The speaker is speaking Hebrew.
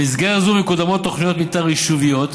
במסגרת זו מקודמות תוכניות מתאר יישוביות,